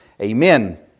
amen